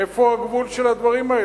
איפה הגבול של הדברים האלה?